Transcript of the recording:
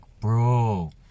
bro